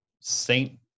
saint